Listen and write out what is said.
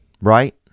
right